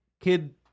kid